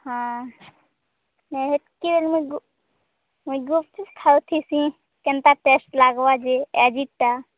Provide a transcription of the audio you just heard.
ହଁ ହଁ ହେତ୍କି ଆମେ ଗୁ ଗୁପ୍ଚୁପ୍ ଖାଉ ଥିସି କେନ୍ତା ଟେଷ୍ଟ ଲାଗିବ ଯେ ଆଜିଟା